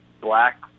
black